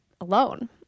alone